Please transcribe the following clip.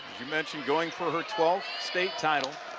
you mentioned going for her twelfth state title